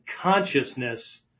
consciousness